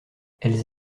elles